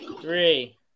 Three